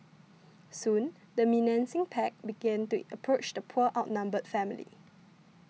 soon the menacing pack began to approach the poor outnumbered family